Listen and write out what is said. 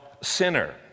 Sinner